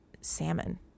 salmon